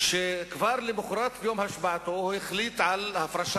שהיא תענה לך ארבע